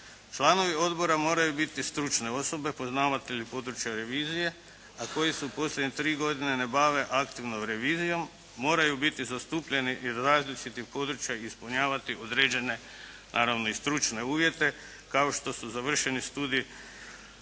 Članovi odbora moraju biti stručne osobe, poznavatelji područja revizije, a koji se posljednje tri godine ne bave aktivnom revizijom, moraju biti zastupljeni iz različitih područja i ispunjavati određene, naravno i stručne uvjete, kao što su završeni studij